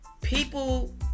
people